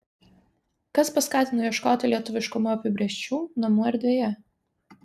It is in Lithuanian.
kas paskatino ieškoti lietuviškumo apibrėžčių namų erdvėje